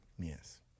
Yes